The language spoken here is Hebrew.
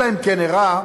אלא אם כן הראה